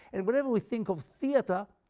and whenever we think of theatre